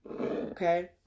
Okay